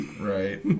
Right